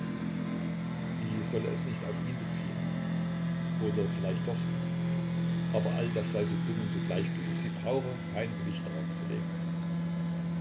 sie solle es nicht auf ihn beziehen oder vielleicht doch aber all das sei so dumm und so gleichgültig sie brauche kein gewicht darauf zu legen